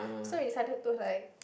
so we decided to like